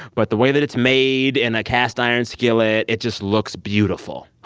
but the way that it's made in a cast iron skillet, it just looks beautiful.